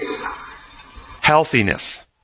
Healthiness